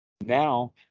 now